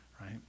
right